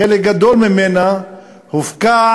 חלק גדול ממנה הופקע